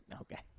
Okay